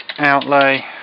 outlay